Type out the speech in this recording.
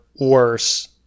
worse